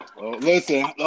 Listen